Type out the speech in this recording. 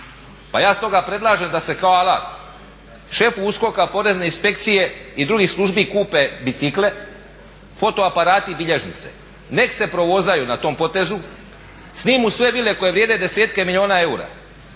pa ja stoga predlažem da se kao alat šefu USKOK-a porezne inspekcije i drugih službi kupe bicikle, foto aparati i bilježnice. Nek' se provozaju na tom potezu, snimu sve vile koje vrijede desetke milijuna eura